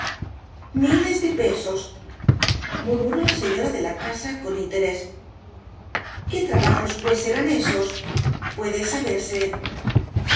miles de pesos murmuró la señora de la casa con interés qué trabajos pues serán esos puede saberse